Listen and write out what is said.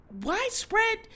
widespread